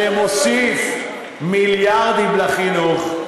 שמוסיף מיליארדים לחינוך,